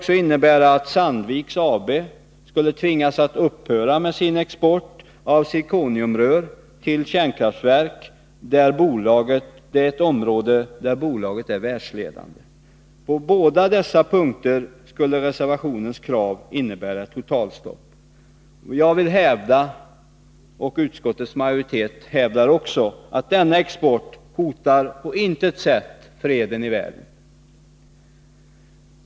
Sandvik AB skulle också tvingas upphöra med sin export av zirkoniumrör till kärnkraftverk — ett område där bolaget är världsledande. På båda dessa punkter skulle reservationens krav innebära ett totalstopp. Jag och utskottets majoritet hävdar att denna export på intet sätt hotar freden i världen.